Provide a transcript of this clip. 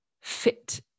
fit